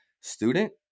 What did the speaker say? student